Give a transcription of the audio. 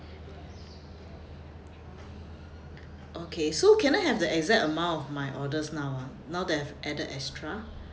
okay so can I have the exact amount of my orders now ah now that I've added extra